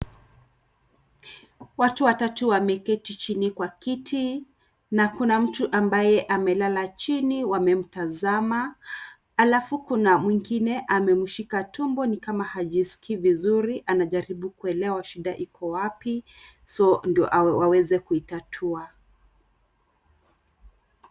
Watu watatu wameketi chini kwa kiti na kuna mtu ambaye amelala chini wamemtazama. Halafu, kuna mwingine amemshika tumbo ni kama hajisikii vizuri. Anajaribu kuelewa shida iko wapi, ndiyo aweze kuitatua.